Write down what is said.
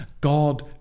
god